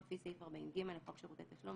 לפי סעיף 40(ג) לחוק שירותי תשלום,